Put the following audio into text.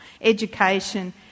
education